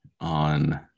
on